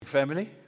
family